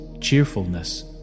cheerfulness